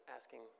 asking